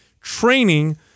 training